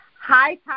Hi